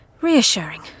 Reassuring